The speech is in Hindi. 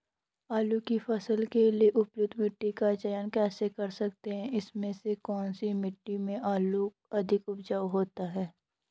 आलू की फसल के लिए उपयुक्त मिट्टी का चयन कैसे कर सकते हैं इसमें से कौन सी मिट्टी में आलू अधिक उपजाऊ होता है?